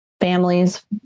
families